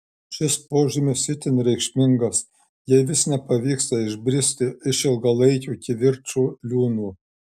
šis požymis itin reikšmingas jei vis nepavyksta išbristi iš ilgalaikių kivirčų liūno